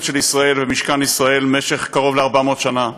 של ישראל במשכן ישראל במשך קרוב ל-400 שנה,